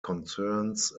concerns